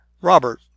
Robert